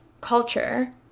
culture